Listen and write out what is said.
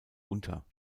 unter